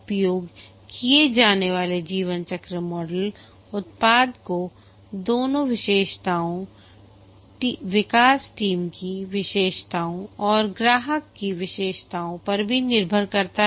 उपयोग किए जाने वाले जीवनचक्र मॉडल उत्पाद की दोनों विशेषताओं विकास टीम की विशेषताओं और ग्राहक की विशेषताओं पर भी निर्भर करता है